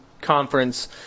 Conference